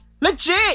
Legit